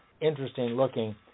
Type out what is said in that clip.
interesting-looking